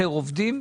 אותם.